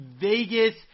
Vegas